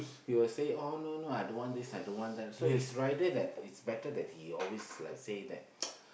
he will say oh no no I don't want this I don't want that so it's rather than it's better that he always like say that